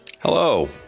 Hello